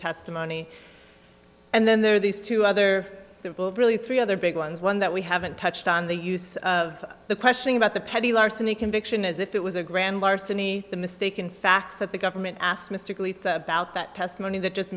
testimony and then there are these two other really three other big ones one that we haven't touched on the use of the question about the petty larceny conviction as if it was a grand larceny the mistaken facts that the government asked mystically about that testimony that just